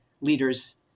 leaders